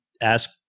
ask